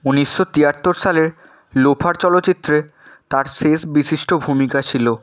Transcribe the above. উনিশশো তিয়াত্তর সালের লোফার চলচ্চিত্রে তাঁর শেষ বিশিষ্ট ভূমিকা ছিল